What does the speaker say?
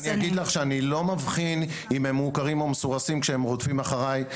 אגיד לך שאני לא מבחין אם הם מעוקרים או מסורסים כשהם רודפים אחרי.